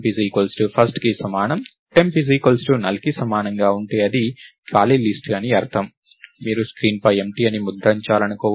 temp null కి సమానం గా ఉంటే అది ఖాళీ లిస్ట్ అని అర్థం మీరు స్క్రీన్పై ఎంప్టీ అని ముద్రించాలనుకోవచ్చు